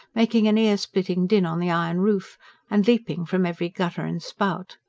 making an ear-splitting din on the iron roof and leaping from every gutter and spout.